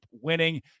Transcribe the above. winning